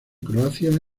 croacia